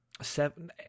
seven